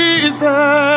Jesus